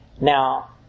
Now